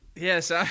Yes